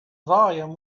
volume